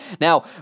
Now